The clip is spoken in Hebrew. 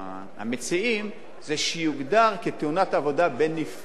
המציעים זה שהדבר יוגדר כתאונת עבודה בנפרד,